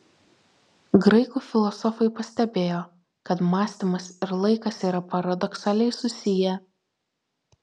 graikų filosofai pastebėjo kad mąstymas ir laikas yra paradoksaliai susiję